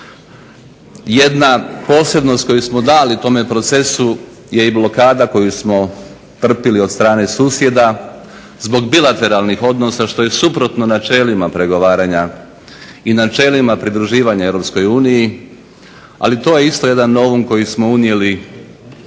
Jedna posebnost koju smo dali tome procesu je i blokada koju smo trpili od strane susjeda zbog bilateralnih odnosa što je suprotno načelima pregovaranja i načelima pridruživanja Europskoj uniji, ali to je isto jedan novum koji smo unijeli u to